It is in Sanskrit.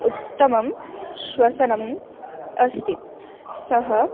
उत्तमं श्वसनम् अस्ति सः